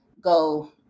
go